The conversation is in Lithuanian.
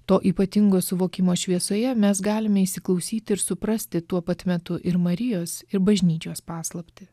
to ypatingo suvokimo šviesoje mes galime įsiklausyti ir suprasti tuo pat metu ir marijos ir bažnyčios paslaptį